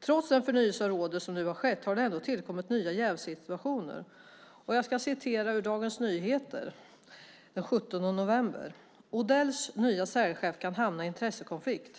Trots den förnyelse av rådet som nu har skett har det ändå tillkommit nya jävssituationer. Jag ska citera ur Dagens Nyheter den 17 november. Rubriken är följande: "Odells nya säljchef kan hamna i intressekonflikt."